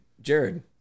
Jared